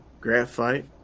graphite